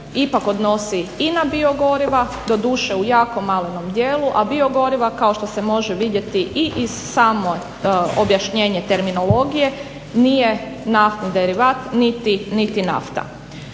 ipak odnosi i na biogoriva, doduše u jako malenom dijelu, a biogoriva kao što se može vidjeti i iz samo objašnjenje terminologije nije naftni derivat niti nafta.